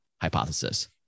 hypothesis